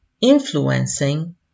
influencing